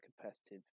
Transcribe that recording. competitive